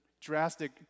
drastic